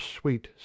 sweet